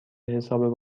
حساب